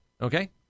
okay